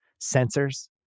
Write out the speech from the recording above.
sensors